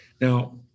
Now